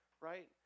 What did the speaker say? right